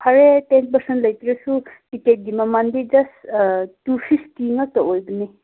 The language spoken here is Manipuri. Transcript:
ꯐꯔꯦ ꯇꯦꯟ ꯄꯥꯔꯁꯦꯟ ꯂꯩꯇ꯭ꯔꯁꯨ ꯇꯤꯀꯦꯠꯀꯤ ꯃꯃꯟꯗꯤ ꯖꯁ ꯇꯨ ꯐꯤꯐꯇꯤ ꯉꯥꯛꯇ ꯑꯣꯏꯕꯅꯦ